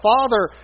Father